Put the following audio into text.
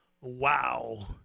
wow